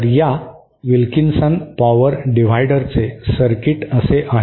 तर या Wilkinson power डिवाइडरचे सर्किट असे आहे